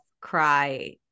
cry